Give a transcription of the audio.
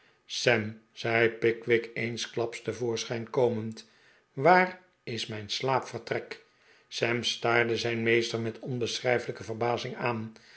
sam zei pickwick eensklaps te voorschijn komend waar is mijn slaapvertrek sam staarde zijn meester met onbeschrijfelijke verbazing aan